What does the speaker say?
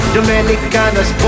Dominicanas